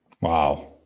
Wow